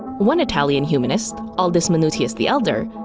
one italian humanist, aldus manutius the elder,